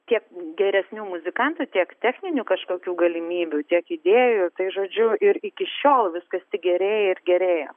tiek geresnių muzikantų tiek techninių kažkokių galimybių tiek idėjų tai žodžiu ir iki šiol viskas tik gerėja ir gerėja